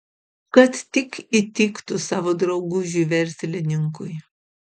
kad tik įtiktų savo draugužiui verslininkui